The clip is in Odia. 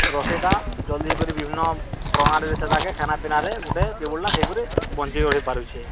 ରୋଷେଇଟା ଜଲ୍ଦି କରି ବିଭିନ୍ନ ପ୍ରଣାଳୀରେ ସେଟାକେ ଖାନା ପିିନାରେ ଗୋଟେ ସେଇକରି ବଞ୍ଚି ରହିପାରୁଛି